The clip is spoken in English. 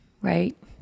right